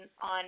on